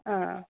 ആ